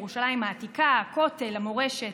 ירושלים העתיקה, הכותל, המורשת.